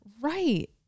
Right